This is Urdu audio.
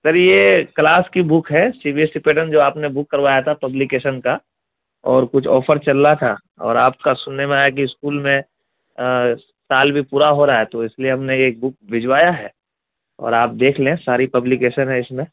سر یہ کلاس کی بک ہے C B S E pattern جو آپ نے بک کروایا تھا پبلیکیشن کا اور کچھ آفر چل رہا تھا اور آپ کا سننے میں آیا کہ اسکول میں سال بھی پورا ہو رہا ہے تو اس لیے ہم نے یہ بک بھجوایا ہے اور آپ دیکھ لیں ساری پبلیکیشن ہے اس میں